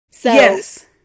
Yes